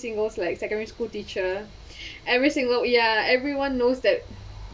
singles like secondary school teacher every single ya everyone knows that